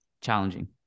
challenging